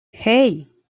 hey